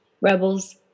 Rebels